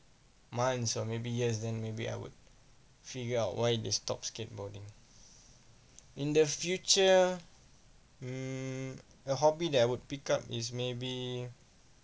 minds or maybe yes then maybe I would figure out why they stop skateboarding in the future um a hobby that I would pick up is maybe